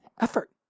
effort